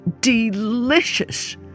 delicious